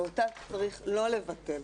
ואותה צריך לא לבטל.